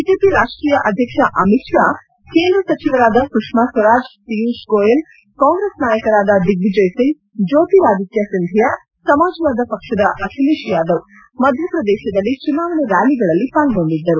BJP ರಾಷ್ಷೀಯ ಅಧ್ಯಕ್ಷ ಅಮಿತ್ ಶಾ ಕೇಂದ್ರ ಸಚಿವರಾದ ಸುಷ್ಕಾ ಸ್ವರಾಜ್ ಪಿಯೂಷ್ ಗೋಯಲ್ ಕಾಂಗ್ರೆಸ್ ನಾಯಕರಾದ ದಿಗ್ನಿಜಯ್ ಸಿಂಗ್ ಜ್ಲೋತಿರಾದಿತ್ತ ಸಿಂಧಿಯಾ ಸಮಾಜವಾದ ಪಕ್ಷದ ಅಖಿಲೇಶ್ ಯಾದವ್ ಮಧ್ಯಪ್ರದೇಶದಲ್ಲಿ ಚುನಾವಣೆ ರ್್ಾಲಿಗಳಲ್ಲಿ ಪಾಲ್ಗೊಂಡಿದ್ದರು